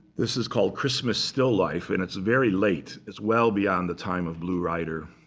this is called christmas still life. and it's very late. it's well beyond the time of blue rider.